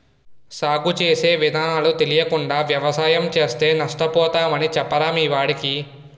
సాగు చేసే విధానాలు తెలియకుండా వ్యవసాయం చేస్తే నష్టపోతామని చెప్పరా మీ వాడికి